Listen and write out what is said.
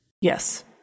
Yes